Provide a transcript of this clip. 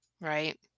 right